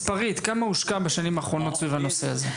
מספרית כמה הושקע בשנים האחרונות סביב הנושא הזה?